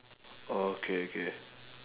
oh okay okay